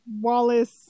Wallace